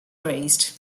raised